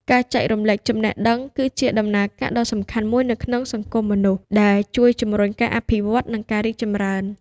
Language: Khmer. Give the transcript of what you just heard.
ការចែករំលែកចំណេះដឹង គឺជាដំណើរការដ៏សំខាន់មួយនៅក្នុងសង្គមមនុស្ស ដែលជួយជំរុញការអភិវឌ្ឍ និងការរីកចម្រើន។